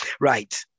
right